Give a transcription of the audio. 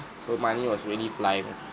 so money was really flying